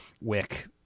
wick